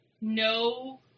no